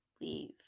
Leave